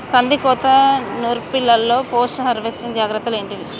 కందికోత నుర్పిల్లలో post harvesting జాగ్రత్తలు ఏంటివి?